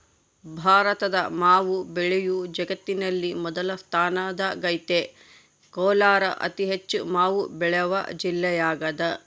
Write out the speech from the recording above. ಭಾರತದ ಮಾವು ಬೆಳೆಯು ಜಗತ್ತಿನಲ್ಲಿ ಮೊದಲ ಸ್ಥಾನದಾಗೈತೆ ಕೋಲಾರ ಅತಿಹೆಚ್ಚು ಮಾವು ಬೆಳೆವ ಜಿಲ್ಲೆಯಾಗದ